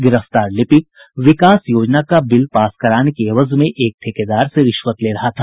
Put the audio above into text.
गिरफ्तार लिपिक विकास योजना का बिल पास कराने की एवज में एक ठेकेदार से रिश्वत ले रहा था